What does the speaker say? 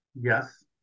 Yes